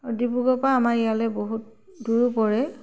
আৰু ডিব্ৰুগড় পৰা আমাৰ ইয়ালৈ বহুত দূৰো পৰে